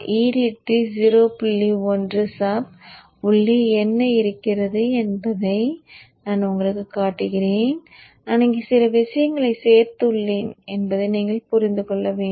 sub உள்ளே என்ன இருக்கிறது என்பதை நான் உங்களுக்குக் காட்டுகிறேன் நான் இங்கே சில விஷயங்களைச் சேர்த்துள்ளேன் என்பதை நீங்கள் புரிந்து கொள்ள வேண்டும்